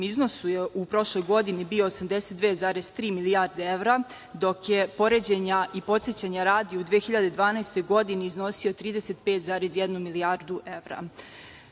iznosu je u prošloj godini bio 82,3 milijarde evra, dok je poređenja i podsećanja radi, u 2012. godini, iznosio 35,1 milijardu evra. Javni